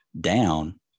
down